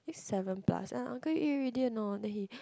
seven plus and uncle you eat already or not then he